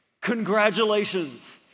Congratulations